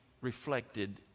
reflected